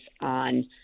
on